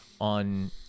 on